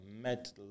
met